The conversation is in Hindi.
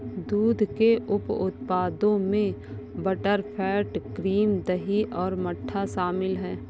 दूध के उप उत्पादों में बटरफैट, क्रीम, दही और मट्ठा शामिल हैं